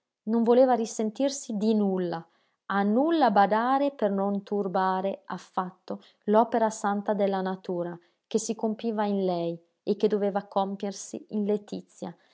non voleva risentirsi di nulla a nulla badare per non turbare affatto l'opera santa della natura che si compiva in lei e che doveva compiersi in letizia